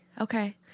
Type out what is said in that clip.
okay